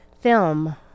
film